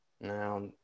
now